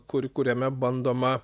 kur kuriame bandoma